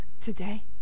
today